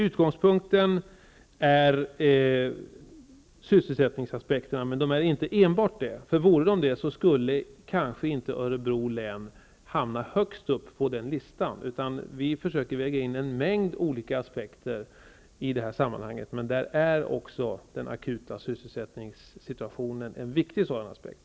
Utgångspunkten är sysselsättningsaspekterna, men inte enbart dessa. Om det vore så skulle kanske inte Örebro län hamna högst upp på den listan. Vi får väga in en mängd olika aspekter i detta sammanhang, men den akuta sysselsättningssituationen är också en viktig sådan aspekt.